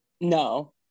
no